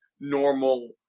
normal